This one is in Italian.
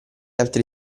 altri